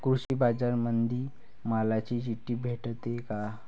कृषीबाजारामंदी मालाची चिट्ठी भेटते काय?